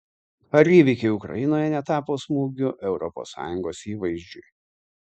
ar įvykiai ukrainoje netapo smūgiu europos sąjungos įvaizdžiui